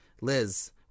liz